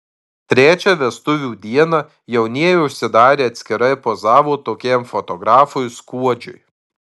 trečią vestuvių dieną jaunieji užsidarę atskirai pozavo tokiam fotografui skuodžiui